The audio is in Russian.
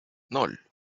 ноль